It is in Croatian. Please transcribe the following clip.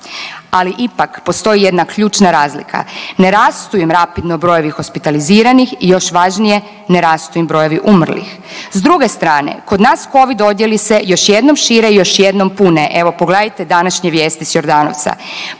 Ali ipak postoji jedna ključna razlika, ne rastu im rapidno brojevi hospitaliziranih i još važnije ne rastu im brojevi umrlih. S druge strane kod nas Covid odjeli se još jednom šire i još jednom pune. Evo pogledajte današnje vijesti s Jordanovca.